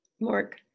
Mark